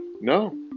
No